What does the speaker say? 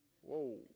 whoa